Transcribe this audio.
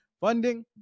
funding